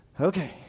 okay